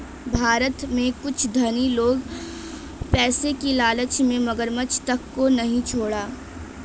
भारत में कुछ धनी लोग पैसे की लालच में मगरमच्छ तक को नहीं छोड़ा